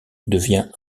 devient